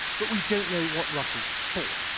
but we don't know what russia's for.